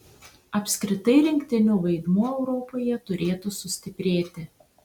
apskritai rinktinių vaidmuo europoje turėtų sustiprėti